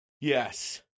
Yes